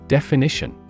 Definition